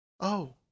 Oh